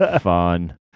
fun